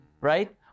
right